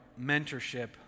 mentorship